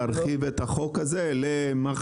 להרחיב את החוק הזה למחלה,